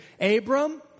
Abram